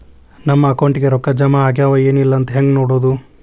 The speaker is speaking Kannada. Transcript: ನಮ್ಮ ಅಕೌಂಟಿಗೆ ರೊಕ್ಕ ಜಮಾ ಆಗ್ಯಾವ ಏನ್ ಇಲ್ಲ ಅಂತ ಹೆಂಗ್ ನೋಡೋದು?